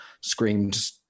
screamed